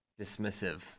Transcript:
dismissive